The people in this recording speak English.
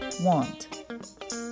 Want